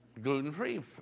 Gluten-free